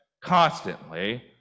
constantly